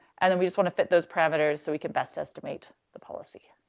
and then we just want to fit those parameters so we can best estimate the policy